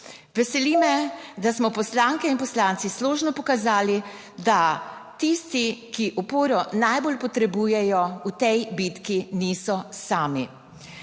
Veseli me, da smo poslanke in poslanci složno pokazali, da tisti, ki oporo najbolj potrebujejo v tej bitki, niso sami.